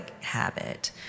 habit